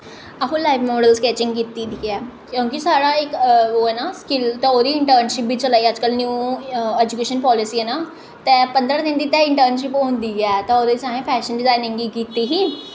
असें life mode च skating कीती दी ऐ क्योंकि साढ़ा इक ओह् ऐ ना स्किल ते ओह्दी इंट्रनशिप बी चला दी अजकल्ल न्यू ऐजुकेशन पैलिसी ऐ ना ते पंदरां दिन ते इंट्रनशिप होंदी ऐ ते ओह्दे च असें फैशन डिज़ाइनिंग बी कीती ही